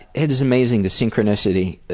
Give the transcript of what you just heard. it is amazing the synchronicity.